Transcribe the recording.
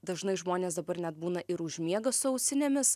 dažnai žmonės dabar net būna ir užmiega su ausinėmis